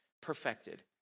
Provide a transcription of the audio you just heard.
perfected